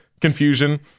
confusion